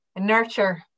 nurture